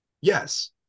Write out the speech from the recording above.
Yes